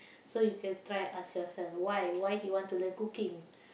so you can try ask your son why why he want to learn cooking